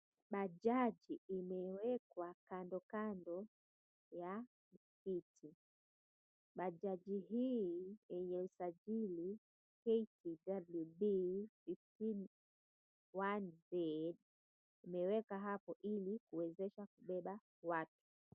Bajaji imewekwa kandokando ya viti. Bajaji hii yenye usajili KCWB 151Z imewekwa hapo ili kuwezesha kubeba watu.